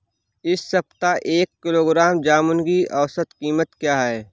इस सप्ताह एक किलोग्राम जामुन की औसत कीमत क्या है?